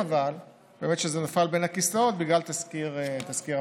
חבל באמת שזה נפל בין הכיסאות בגלל תסקיר המבחן.